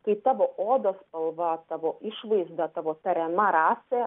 kai tavo odos spalva tavo išvaizda tavo tariama rasė